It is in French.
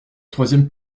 troisième